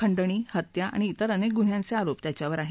खंडणी हत्या आणि तिर अनेक गुन्ह्यांचे आरोप त्याच्यावर आहेत